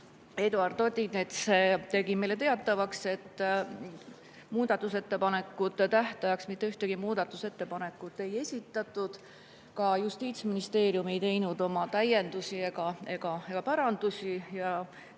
Eduard Odinets tegi meile teatavaks, et muudatusettepanekute tähtajaks mitte ühtegi muudatusettepanekut ei esitatud. Ka Justiitsministeerium ei teinud oma täiendusi ega parandusi.